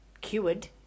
cured